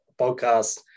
podcast